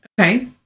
Okay